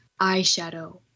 Eyeshadow